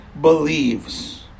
believes